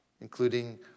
including